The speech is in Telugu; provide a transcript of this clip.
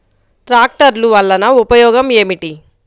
ట్రాక్టర్లు వల్లన ఉపయోగం ఏమిటీ?